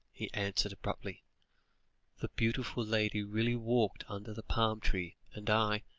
he answered abruptly the beautiful lady really walked under the palm-trees, and i